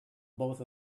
both